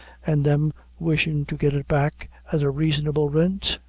an' them wishin' to get it back at a raisonable rint?